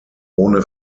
ohne